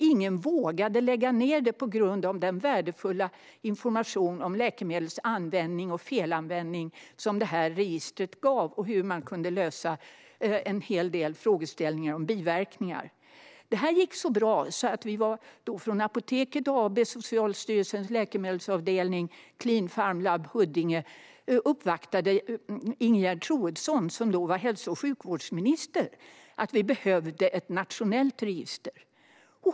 Ingen vågade lägga ned det på grund av den värdefulla information om läkemedels användning och felanvändning som det gav, och om hur man kunde lösa en hel del frågeställningar om biverkningar. Detta gick så bra att man från Apoteket AB, Socialstyrelsens läkemedelsavdelning och Klin Farm Lab i Huddinge uppvaktade Ingegerd Troedsson, som då var hälso och sjukvårdsminister: Det behövdes ett nationellt register.